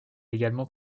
également